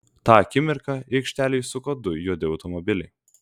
tą akimirką į aikštelę įsuko du juodi automobiliai